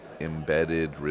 embedded